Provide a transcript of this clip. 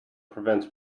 prevents